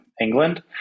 England